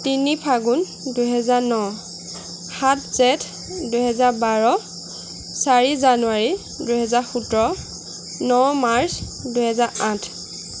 তিনি ফাগুন দুহেজাৰ ন সাত জেঠ দুহেজাৰ বাৰ চাৰি জানুৱাৰী দুহেজাৰ সোতৰ ন মাৰ্চ দুহেজাৰ আঠ